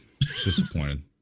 Disappointed